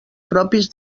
propis